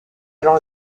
alors